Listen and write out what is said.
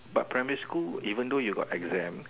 but primary school even though you got exam